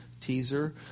teaser